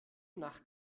nach